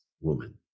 woman